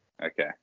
Okay